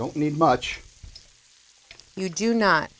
don't need much you do not